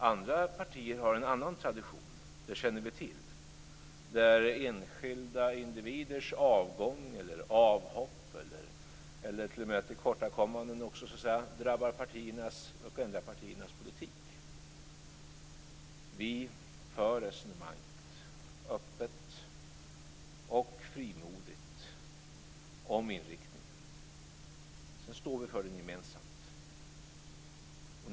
Andra partier har en annan tradition, där enskilda individers avgång eller avhopp eller t.o.m. tillkortakommanden drabbar partierna och ändrar partiernas politik. Vi för resonemanget om inriktningen öppet och frimodigt, och sedan står vi för den gemensamt.